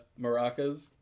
maracas